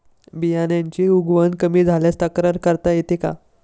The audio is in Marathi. बियाण्यांची उगवण कमी झाल्यास तक्रार करता येते का?